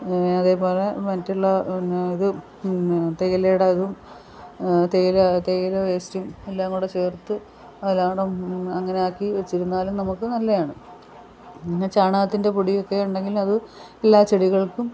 പിന്നെ അതേപോലെ മറ്റുള്ള എന്നാ ഇതും എന്നാ തേയിലേടെ അതും തേയില തേയില വേസ്റ്റും എല്ലാം കൂടെ ചേർത്ത് അതെല്ലാം കൂടെ അങ്ങനാക്കി വെച്ചിരുന്നാലും നമുക്ക് നല്ലതാണ് പിന്നെ ചാണകത്തിൻ്റെ പൊടിയൊക്കെ ഉണ്ടെങ്കിലത് എല്ലാ ചെടികൾക്കും